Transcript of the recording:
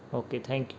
okay thank you